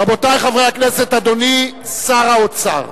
רבותי חברי הכנסת, אדוני שר האוצר,